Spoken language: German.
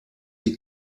die